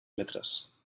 metres